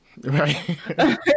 Right